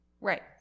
Right